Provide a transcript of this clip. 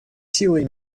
силой